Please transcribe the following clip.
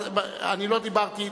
אני לא דיברתי.